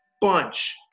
bunch